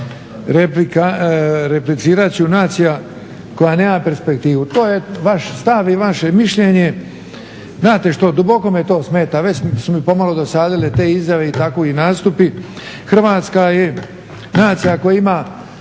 replicirat ću, nacija koja nema perspektivu. To je vaš stav i vaše mišljenje. Znate što, duboko me to smeta, već su mi pomalo dosadile te izjave i takvi nastupi. Hrvatska je nacija koja ima